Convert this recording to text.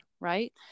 right